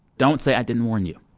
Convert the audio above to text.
don't say i didn't warn you.